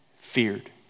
feared